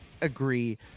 agree